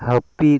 ᱦᱟᱹᱯᱤᱫ